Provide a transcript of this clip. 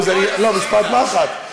תודה רבה.